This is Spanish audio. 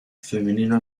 femenino